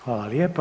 Hvala lijepa.